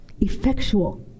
Effectual